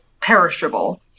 perishable